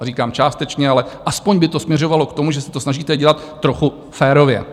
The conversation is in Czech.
Říkám částečně, ale aspoň by to směřovalo k tomu, že se to snažíte dělat trochu férově.